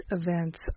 events